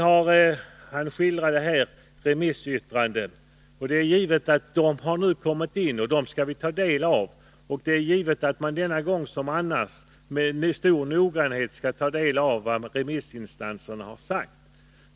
Han skildrade remissyttranden som kommit in, och det är givet att man denna gång som annars med stor noggrannhet skall ta del av vad remissinstanserna har sagt.